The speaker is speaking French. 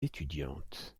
étudiantes